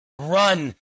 run